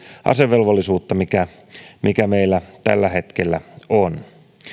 asevelvollisuutta mikä mikä meillä tällä hetkellä on